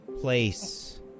place